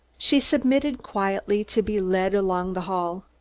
she submitted quietly to be led along the hall.